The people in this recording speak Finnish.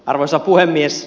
arvoisa puhemies